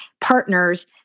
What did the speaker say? partners